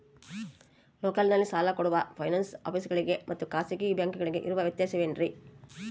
ಲೋಕಲ್ನಲ್ಲಿ ಸಾಲ ಕೊಡೋ ಫೈನಾನ್ಸ್ ಆಫೇಸುಗಳಿಗೆ ಮತ್ತಾ ಖಾಸಗಿ ಬ್ಯಾಂಕುಗಳಿಗೆ ಇರೋ ವ್ಯತ್ಯಾಸವೇನ್ರಿ?